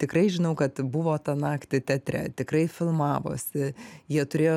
tikrai žinau kad buvo tą naktį teatre tikrai filmavosi jie turėjo